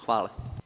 Hvala.